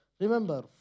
remember